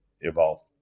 evolved